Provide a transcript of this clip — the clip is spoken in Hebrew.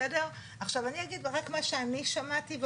אני אגיד רק מה אני שמעתי,